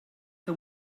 que